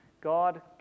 God